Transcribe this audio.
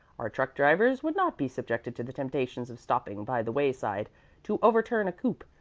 our truck-drivers would not be subjected to the temptations of stopping by the way-side to overturn a coupe,